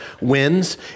wins